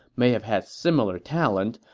may have had similar talent,